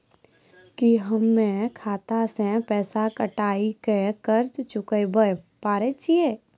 की हम्मय खाता से पैसा कटाई के कर्ज चुकाबै पारे छियै?